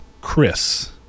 Chris